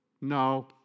no